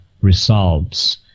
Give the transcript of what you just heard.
results